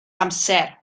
amser